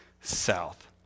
south